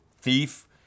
thief